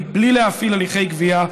מבלי להפעיל הליכי גביה,